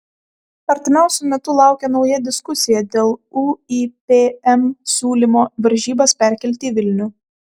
artimiausiu metu laukia nauja diskusija dėl uipm siūlymo varžybas perkelti į vilnių